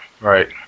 Right